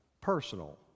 personal